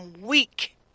weak